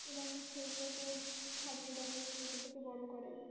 এবং সেগুলোকে খাইয়ে দাইয়ে ছোটো থেকে বড়ো করে